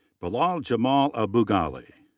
bilal jamal abughali.